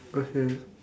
okay